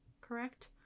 correct